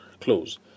close